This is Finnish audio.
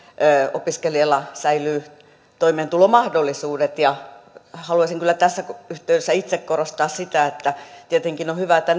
opiskelijalla säilyy toimeentulomahdollisuudet haluaisin kyllä tässä yhteydessä itse korostaa sitä että tietenkin on hyvä että